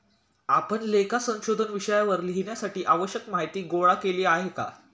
आपण लेखा संशोधन विषयावर लिहिण्यासाठी आवश्यक माहीती गोळा केली आहे का?